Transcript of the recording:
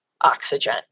oxygen